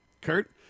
Kurt